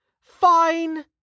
Fine